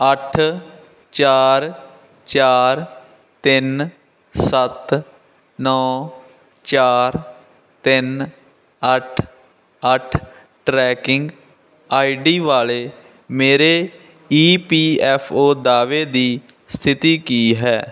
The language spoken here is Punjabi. ਅੱਠ ਚਾਰ ਚਾਰ ਤਿੰਨ ਸੱਤ ਨੌਂ ਚਾਰ ਤਿੰਨ ਅੱਠ ਅੱਠ ਟਰੈਕਿੰਗ ਆਈ ਡੀ ਵਾਲੇ ਮੇਰੇ ਈ ਪੀ ਐਫ ਓ ਦਾਅਵੇ ਦੀ ਸਥਿਤੀ ਕੀ ਹੈ